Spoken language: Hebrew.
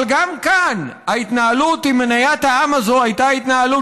אבל גם כאן ההתנהלות עם "מניית העם" הזאת הייתה התנהלות